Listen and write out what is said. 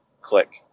Click